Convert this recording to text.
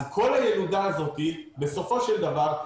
אז כל הילודה הזאתי בסופו של דבר,